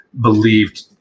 believed